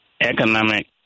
economic